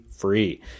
free